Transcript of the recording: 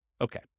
Okay